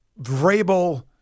Vrabel